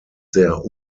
sehr